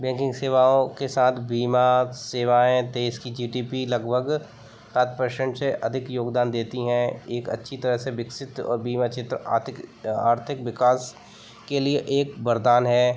banking सेवाओं के साथ बीमा सेवाएँ देश की जी डी पी लगभग सात पर्शेंट से अधिक योगदान देती हैं एक अच्छी तरह से विकसित और बीमा आर्थिक आर्थिक विकास के लिए एक वरदान है